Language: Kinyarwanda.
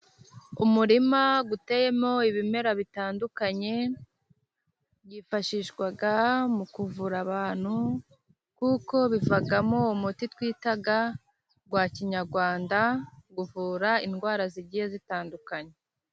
Umurima uteyemo ibimera bitandukanye, byifashishwa mu kuvura abantu, kuko bivamo umuti twita wa kinyarwanda, uvura indwara zigiye zitandukanye.